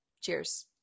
Cheers